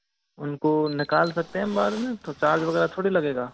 उनको निकाल सकते हैं हम बाद में तो चार्ज वगैरह थोड़ी लगेगा